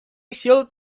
should